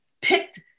picked